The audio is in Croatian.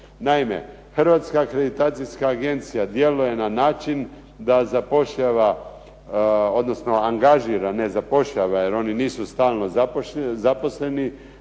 Naime, Hrvatska akreditacijska agencija djeluje na način da zapošljava, odnosno angažira, ne zapošljava jer oni nisu stalno zaposleni,